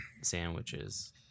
sandwiches